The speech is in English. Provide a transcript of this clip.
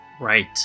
Right